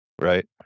right